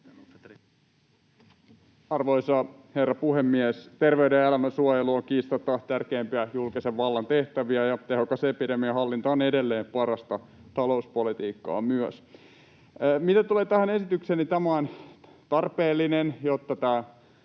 Arvoisa herra puhemies! Terveyden ja elämän suojelu on kiistatta tärkeimpiä julkisen vallan tehtäviä, ja tehokas epidemian hallinta on edelleen myös parasta talouspolitiikkaa. Mitä tulee tähän esitykseen, niin tämä on tarpeellinen, jotta